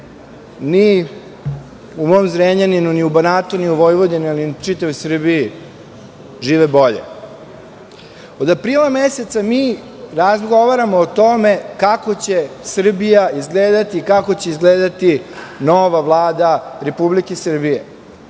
ljudi u Zrenjaninu, ni u Banatu, ni u Vojvodini, ni u čitavoj Srbiji žive bolje. Od aprila meseca mi razgovaramo o tome kako će Srbija izgledati, kako će izgledati nova Vlada Republike Srbije.